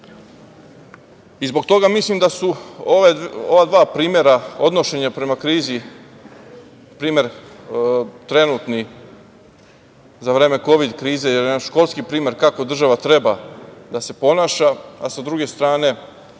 toga mislim da su ova dva primera odnošenja prema krizi, primer trenutni, za vreme Kovid krize, jedan školski primer kako država treba da se ponaša, a sa druge strane